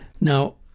Now